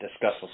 discuss